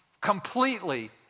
completely